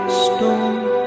stone